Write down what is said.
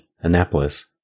Annapolis